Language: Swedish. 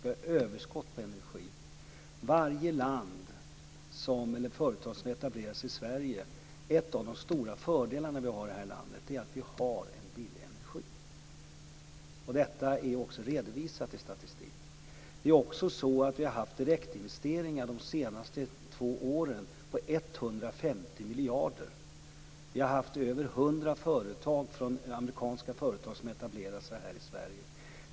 Vi har överskott på energi. Varje företag som etablerar sig i Sverige ser att en av de stora fördelar vi har här i landet är att vi har billig energi. Detta är också redovisat i statistik. Det är också så att vi har haft direktinvesteringar de senaste två åren på 150 miljarder. Vi har haft över hundra amerikanska företag som har etablerat sig här i Sverige.